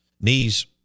knees